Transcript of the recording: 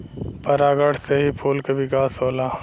परागण से ही फूल क विकास होला